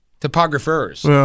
topographers